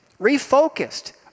Refocused